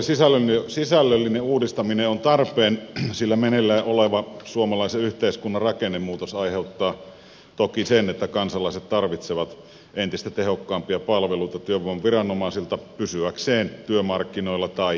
tämä palvelujen sisällöllinen uudistaminen on tarpeen sillä meneillään oleva suomalaisen yhteiskunnan rakennemuutos aiheuttaa toki sen että kansalaiset tarvitsevat entistä tehokkaampia palveluita työvoimaviranomaisilta pysyäkseen työmarkkinoilla tai päästäkseen sinne